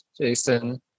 Jason